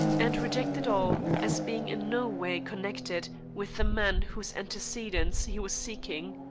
and rejected all as being in no way connected with the man whose antecedents he was seeking.